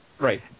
Right